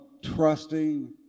Trusting